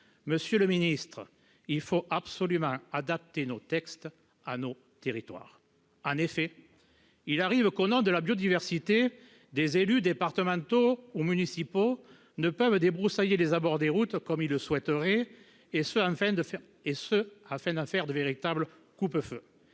Monsieur le ministre, il faut absolument adapter nos textes à nos territoires. En effet, il arrive qu'au nom de la biodiversité des élus départementaux ou municipaux ne puissent débroussailler les abords des routes comme ils le souhaiteraient afin d'en faire de véritables coupe-feux.